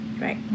Right